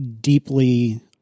deeply